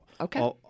Okay